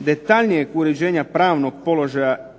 detaljnijeg uređenja pravnog položaja te